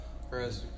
Whereas